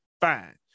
Fine